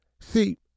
see